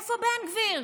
איפה בן גביר?